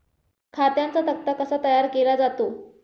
खात्यांचा तक्ता कसा तयार केला जातो?